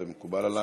זה מקובל עלייך.